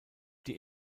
die